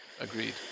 Agreed